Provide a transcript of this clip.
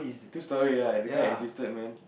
two storey ya the guy existed man